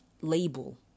label